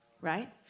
right